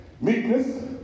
meekness